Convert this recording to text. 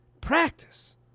Practice